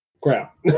crap